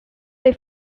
they